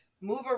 move